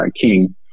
King